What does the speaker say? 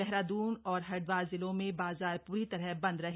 देहरादुन और हरिद्वार जिलों में बाजार पूरी तरह बंद रहे